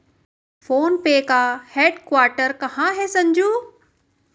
Phone पे का headquarter कहां है संजू?